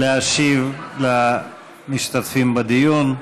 להשיב למשתתפים בדיון.